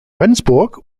rendsburg